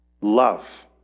Love